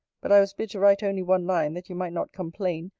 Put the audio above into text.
but i was bid to write only one line, that you might not complain,